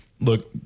look